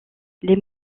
les